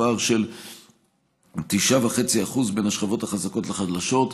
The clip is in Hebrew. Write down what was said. פער של 9.5% בין השכבות החזקות לחלשות,